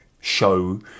show